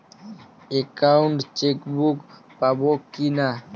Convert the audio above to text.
Account chequebook পাবো কি না?